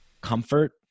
comfort